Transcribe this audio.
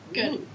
Good